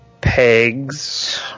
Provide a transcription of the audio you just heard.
Pegs